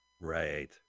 Right